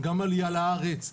גם עליה לארץ,